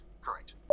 correct